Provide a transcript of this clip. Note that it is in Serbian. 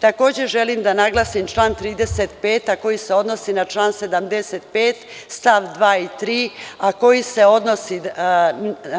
Takođe, želim da naglasim član 35, a koji se odnosi na član 75. stav 2. i 3, a koji se odnosi